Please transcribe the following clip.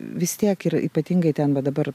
vis tiek ir ypatingai ten va dabar